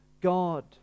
God